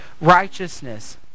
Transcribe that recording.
righteousness